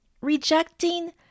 Rejecting